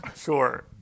Sure